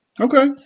Okay